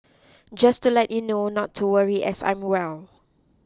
just to let you know not to worry as I'm well